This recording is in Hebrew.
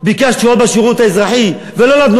ביקשתי עוד בשירות האזרחי ולא נתנו,